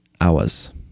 hours